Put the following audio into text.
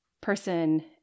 person